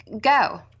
go